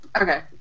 Okay